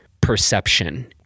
perception